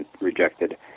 rejected